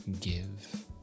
give